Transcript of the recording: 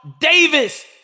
Davis